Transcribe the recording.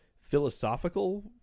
philosophical